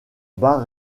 bar